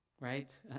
right